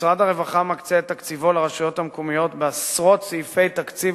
משרד הרווחה מקצה את תקציבו לרשויות המקומיות בעשרות סעיפי תקציב,